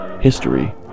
history